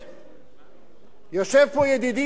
יושב פה ידידי סגן שר האוצר,